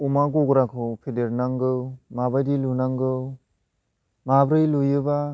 अमा गग्राखौ फेदेरनांगौ माबादि लुनांगौ माब्रै लुयोबा